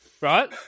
right